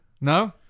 No